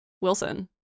wilson